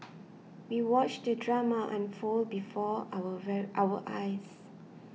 we watched the drama unfold before our our eyes